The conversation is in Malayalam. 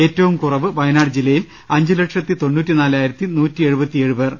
ഏറ്റവും കുറവ് വയ നാട് ജില്ലയിൽ അഞ്ചുലക്ഷത്തി തൊണ്ണൂറ്റി നാലായിരത്തി നൂറ്റി എഴുപത്തി ഏഴ് പേർ